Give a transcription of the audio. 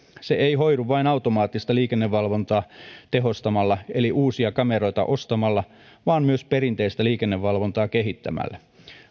se ei hoidu vain automaattista liikennevalvontaa tehostamalla eli uusia kameroita ostamalla vaan myös perinteistä liikennevalvontaa kehittämällä